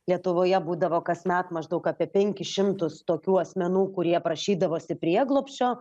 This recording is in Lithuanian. lietuvoje būdavo kasmet maždaug apie penkis šimtus tokių asmenų kurie prašydavosi prieglobsčio